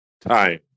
time